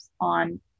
on